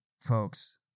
folks